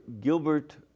Gilbert